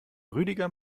rüdiger